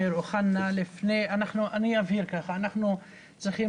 אנחנו צריכים